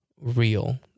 real